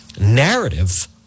narrative